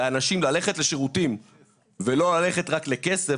לאנשים ללכת לשירותים ולא ללכת רק לכסף,